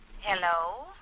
Hello